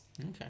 Okay